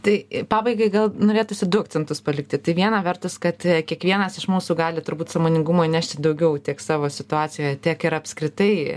tai pabaigai gal norėtųsi du akcentus palikti tai viena vertus kad kiekvienas iš mūsų gali turbūt sąmoningumo įnešti daugiau tiek savo situacijoje tiek ir apskritai